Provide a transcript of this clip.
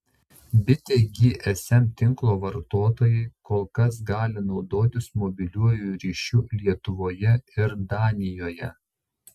bitė gsm tinklo vartotojai kol kas gali naudotis mobiliuoju ryšiu lietuvoje ir danijoje